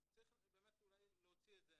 אז צריך באמת אולי להוציא את זה.